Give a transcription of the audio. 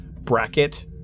bracket